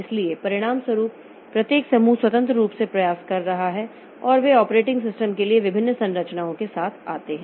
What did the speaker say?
इसलिए परिणामस्वरूप प्रत्येक समूह स्वतंत्र रूप से प्रयास कर रहा है और वे ऑपरेटिंग सिस्टम के लिए विभिन्न संरचनाओं के साथ आते हैं